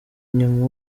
inyuma